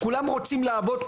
כולם רוצים לעבוד,